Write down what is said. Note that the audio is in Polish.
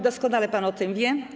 Doskonale pan o tym wie.